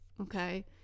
okay